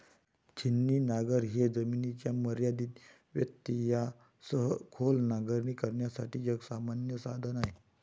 छिन्नी नांगर हे जमिनीच्या मर्यादित व्यत्ययासह खोल नांगरणी करण्यासाठी एक सामान्य साधन आहे